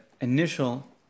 initial